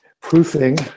proofing